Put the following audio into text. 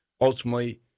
ultimately